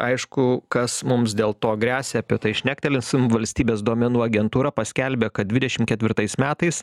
aišku kas mums dėl to gresia apie tai šnektelėsim valstybės duomenų agentūra paskelbė kad dvidešim ketvirtais metais